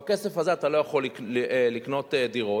בכסף הזה אתה לא יכול לקנות דירות,